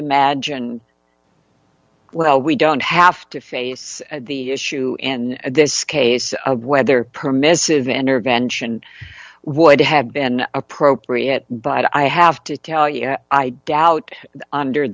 imagine well we don't have to face the issue in this case of whether permissive intervention would have been appropriate but i have to tell you i doubt